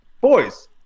Boys